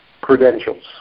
credentials